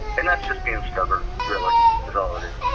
and that's just being stubborn really, but and